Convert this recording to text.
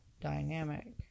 dynamic